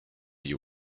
you